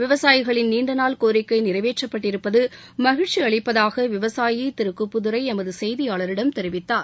விவசாயிகளின் நீண்ட நாள் கோரிக்கை நிறைவேற்றப்பட்டிருப்பது மகிழ்ச்சி அளிப்பதாக விவசாயி திரு குப்புதுரை எமது செய்தியாளரிடம் தெரிவித்தார்